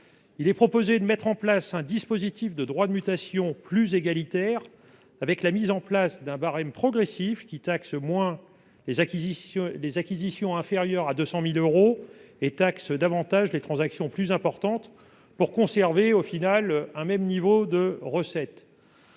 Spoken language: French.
Nous proposons un dispositif de droits de mutation plus égalitaire avec la mise en place d'un barème progressif qui taxerait moins les acquisitions inférieures à 200 000 euros, et davantage les transactions plus importantes, tout en conservant le même niveau de recettes